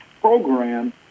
program